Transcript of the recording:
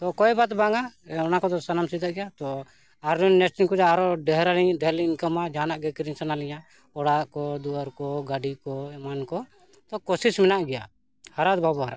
ᱛᱚ ᱠᱚᱭᱮᱵᱟᱛ ᱵᱟᱝᱼᱟ ᱚᱱᱟ ᱠᱚᱫᱚ ᱥᱟᱱᱟᱢ ᱥᱤᱫᱟᱜ ᱜᱮᱭᱟ ᱛᱚ ᱟᱨ ᱱᱮᱥ ᱛᱤᱧ ᱠᱚ ᱟᱨᱚ ᱰᱷᱮᱨ ᱰᱷᱮᱨ ᱞᱤᱧ ᱤᱱᱠᱟᱢᱟ ᱡᱟᱦᱟᱱᱟᱜ ᱜᱮ ᱠᱤᱨᱤᱧ ᱥᱟᱱᱟ ᱞᱤᱧᱟᱹ ᱚᱲᱟᱜ ᱠᱚ ᱫᱩᱣᱟᱹᱨ ᱠᱚ ᱜᱟᱹᱰᱤ ᱠᱚ ᱮᱢᱟᱱ ᱠᱚ ᱛᱚ ᱠᱚᱥᱤᱥ ᱢᱮᱱᱟᱜ ᱜᱮᱭᱟ ᱦᱟᱨᱟ ᱵᱟᱠᱚ ᱦᱟᱨᱟ ᱠᱟᱱᱟ